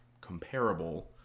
comparable